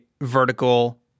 vertical